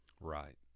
Right